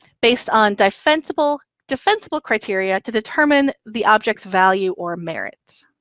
based on defensible, defensible criteria to determine the object's value or merit.